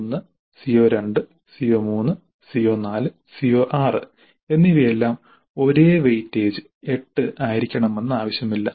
CO1 CO2 CO3 CO4 CO6 എന്നിവയെല്ലാം ഒരേ weightage 8 ആയിരിക്കണമെന്ന് ആവശ്യമില്ല